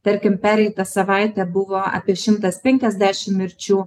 tarkim pereitą savaitę buvo apie šimtas penkiasdešim mirčių